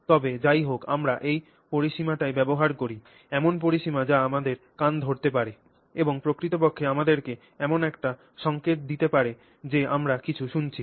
তবে যাইহোক আমরা এই পরিসীমাটিই ব্যবহার করি এমন পরিসীমা যা আমাদের কান ধরতে পারে এবং প্রকৃতপক্ষে আমাদেরকে এমন একটি সংকেত দিতে পারে যে আমরা কিছু শুনেছি